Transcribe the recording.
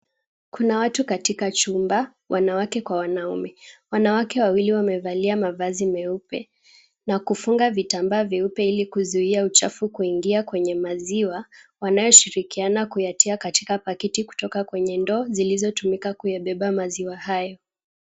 Kuna watu katika chumba, wanawake kwa wanaume. Wanawake wawili wamevalia mavazi meupe na kufunga vitambaa vyeupe ili kuzuia uchafu kuingia kwenye maziwa wanayoshirikiana kuyatia katika pakiti kutoka kwenye ndoo, zilizotumika kuyabeba maziwa hayo.